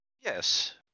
Yes